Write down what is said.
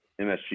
MSG